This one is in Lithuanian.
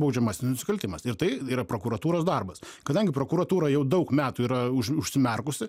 baudžiamas nusikaltimas ir tai yra prokuratūros darbas kadangi prokuratūra jau daug metų yra už užsimerkusi